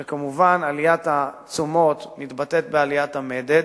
שכמובן, עליית התשומות מתבטאת בעליית המדד,